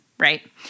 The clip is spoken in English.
Right